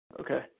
Okay